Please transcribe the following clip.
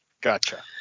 Gotcha